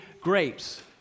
grapes